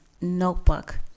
notebook